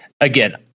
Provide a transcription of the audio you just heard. Again